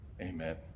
Amen